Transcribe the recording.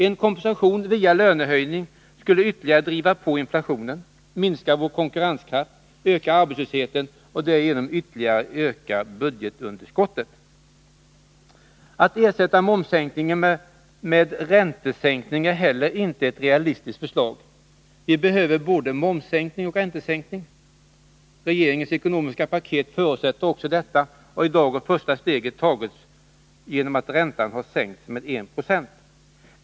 En kompensation via lönehöjning skulle ytterligare driva på inflationen, minska vår konkurrenskraft, öka arbetslösheten och därigenom ytterligare öka budgetunderskottet. Att ersätta momssänkningen med räntesänkning är inte heller ett realistiskt förslag. Vi behöver både momssänkning och räntesänkning. Regeringens ekonomiska paket förutsätter också detta, och i dag har första steget tagits genom att räntan har sänkts med 1 96.